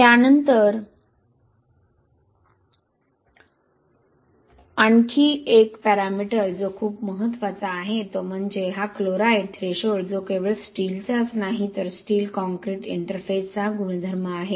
त्यानंतर आणखी एक पॅरामीटर जो खूप महत्त्वाचा आहे तो म्हणजे हा क्लोराईड थ्रेशोल्ड जो केवळ स्टीलचाच नाही तर स्टील कॉंक्रिट इंटरफेसचा गुणधर्म आहे